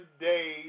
days